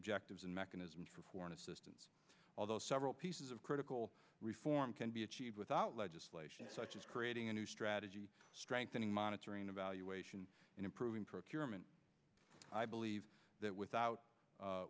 objectives in mechanisms for foreign assistance although several pieces of critical reform can be achieved without legislation such as creating a new strategy strengthening monitoring evaluation and improving procurement i believe that without